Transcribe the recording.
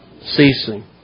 ceasing